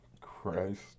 Christ